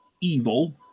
evil